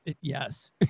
yes